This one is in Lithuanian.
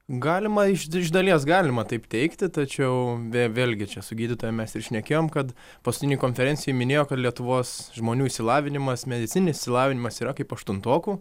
galima iš iš dalies galima taip teigti tačiau vėl vėlgi čia su gydytoja mes ir šnekėjom kad paskutinėj konferencijoj minėjo kad lietuvos žmonių išsilavinimas medicininis išsilavinimas yra kaip aštuntokų